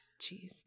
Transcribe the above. Jeez